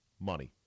money